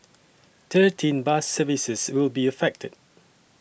thirteen bus services will be affected